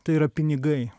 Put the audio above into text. tai yra pinigai